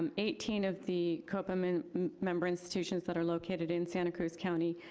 um eighteen of the copa um and member institutions that are located in santa cruz county,